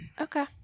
Okay